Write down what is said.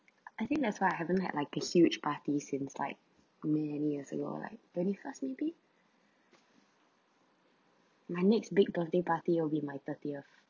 I think that's why I haven't had like a huge party since like many years ago like twenty first maybe my next big birthday party will be my thirtieth